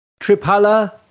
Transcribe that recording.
Tripala